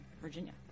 Virginia